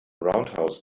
roundhouse